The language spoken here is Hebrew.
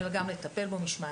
אלא גם לטפל בו משמעתית.